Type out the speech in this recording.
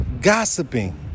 gossiping